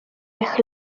eich